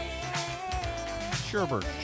Sherbert